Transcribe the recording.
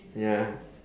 ya